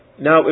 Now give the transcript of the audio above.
Now